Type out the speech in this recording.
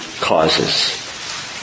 causes